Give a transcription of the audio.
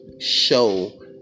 show